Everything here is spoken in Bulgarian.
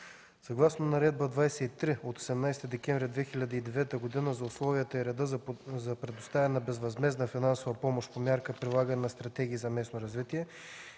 Съгласно Наредба 23 от 18 декември 2009 г. за условията и реда за предоставяне на безвъзмездна финансова помощ по мярка „Прилагане на стратегии за местно развитие”